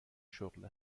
شغل